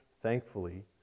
thankfully